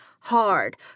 hard